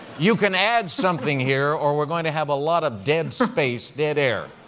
you can add something here or we're going to have a lot of dead space, dead air.